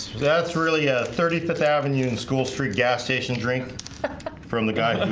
that's really a thirty fifth avenue in school street gas station drink from the guy